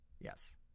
Yes